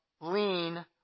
lean